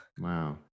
Wow